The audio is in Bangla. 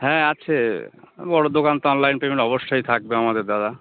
হ্যাঁ আছে বড় দোকান তো অনলাইন পেমেন্ট অবশ্যই থাকবে আমাদের দাদা